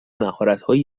مهارتهایی